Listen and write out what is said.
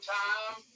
time